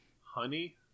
honey